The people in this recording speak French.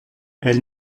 elle